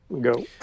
go